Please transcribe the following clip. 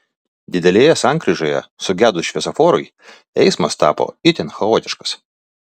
didelėje sankryžoje sugedus šviesoforui eismas tapo itin chaotiškas